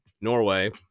Norway